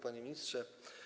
Panie Ministrze!